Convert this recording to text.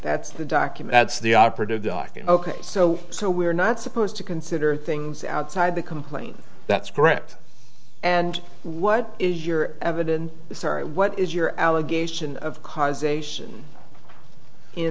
that's the document that's the operative docket ok so so we're not supposed to consider things outside the complaint that's correct and what is your evidence sorry what is your allegation of causation